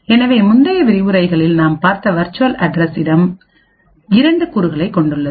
எனவே முந்தைய விரிவுரைகளில் நாம் பார்த்த வேர்ச்சுவல் அட்ரஸ் இடம் இரண்டு கூறுகளைக் கொண்டுள்ளது